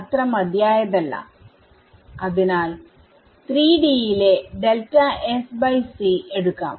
അത്ര മതിയായതല്ല അതിനാൽ 3D യിലെ എടുക്കാം